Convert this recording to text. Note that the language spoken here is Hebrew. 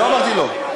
לא אמרתי לא.